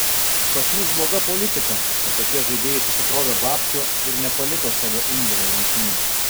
pas mus bloga politika kad tokie žaidėjai susikrovė babkių ir nepaliko savo indėlio rinktinei